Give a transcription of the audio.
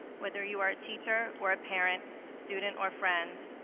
whether you are a teacher or a parent, student or friend,